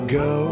go